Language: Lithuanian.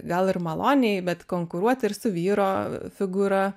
gal ir maloniai bet konkuruoti ir su vyro figūra